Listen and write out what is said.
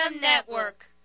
Network